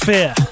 Fear